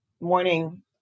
morning